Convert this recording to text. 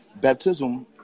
baptism